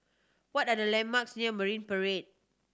what are the landmarks near Marine Parade